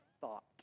thought